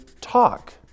talk